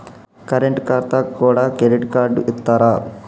Current ఖాతాకు కూడా credit card ఇత్తరా?